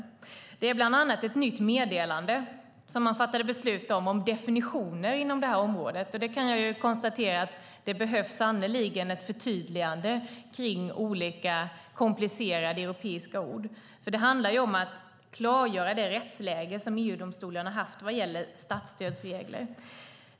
Man fattade bland annat beslut om ett nytt meddelande om definitioner inom detta område. Jag kan konstatera att det sannerligen behövs ett förtydligande kring olika komplicerade europeiska ord. Det handlar om att klargöra det rättsläge som EU-domstolen har haft vad gäller statsstödsregler.